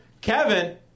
Kevin